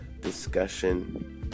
discussion